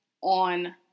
On